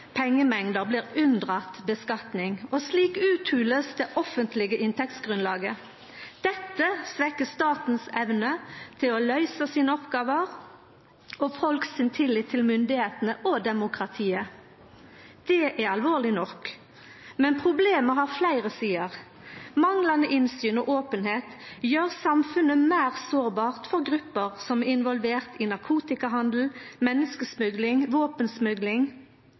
pengemengder blir unndratte skattlegging, og slik blir det offentlege inntektsgrunnlaget uthola. Dette svekkjer statens evne til å løysa sine oppgåver og folk sin tillit til myndigheitene og demokratiet. Det er alvorleg nok, men problemet har fleire sider. Manglande innsyn og openheit gjer samfunnet meir sårbart for grupper som er involverte i narkotikahandel, menneskesmugling, våpensmugling,